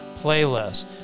playlist